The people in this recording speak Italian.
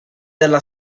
della